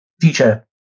future